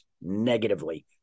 negatively